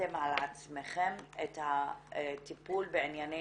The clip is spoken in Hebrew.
לקחתם על עצמכם את הטיפול בענייני